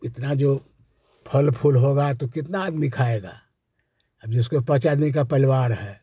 इतना जो फल फूल होंगे तो कितना आदमी खाएंगे अब जिसको पाँच आदमी का परिवार है